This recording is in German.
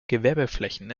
gewerbeflächen